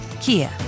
Kia